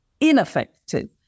ineffective